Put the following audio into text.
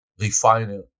refiner